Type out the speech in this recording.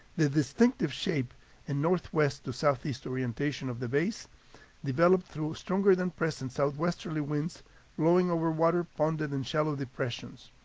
the distinctive shape and northwest to southeast orientation of the bays developed through stronger-than-present southwesterly winds blowing over water ponded in shallow depressions.